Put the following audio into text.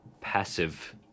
passive